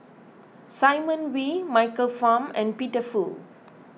Simon Wee Michael Fam and Peter Fu